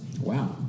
Wow